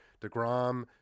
DeGrom